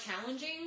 challenging